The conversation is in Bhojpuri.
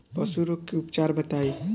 पशु रोग के उपचार बताई?